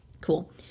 Cool